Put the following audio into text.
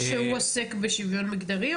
שהוא עוסק בשוויון מגדרי?